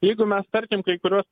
jeigu mes tarkim kai kuriuos